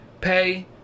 Pay